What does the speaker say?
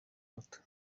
muto